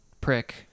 prick